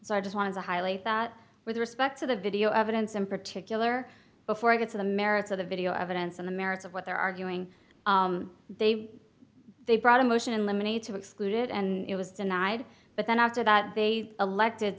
so i just wanted to highlight that with respect to the video evidence in particular before i get to the merits of the video evidence and the merits of what they're arguing they they brought a motion in limine a to exclude it and it was denied but then after that they elected